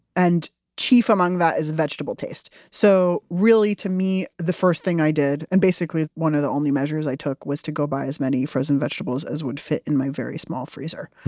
and chief among that is vegetable taste. so really to me, the first thing i did, and basically one of the only measures i took was to go buy as many frozen vegetables as would fit in my very small freezer.